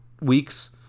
weeks